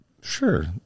Sure